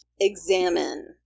examine